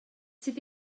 sydd